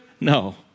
No